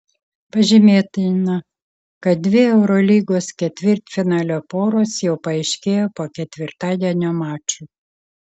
pažymėtina kad dvi eurolygos ketvirtfinalio poros jau paaiškėjo po ketvirtadienio mačų